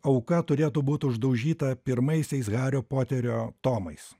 auka turėtų būt uždaužyta pirmaisiais hario poterio tomais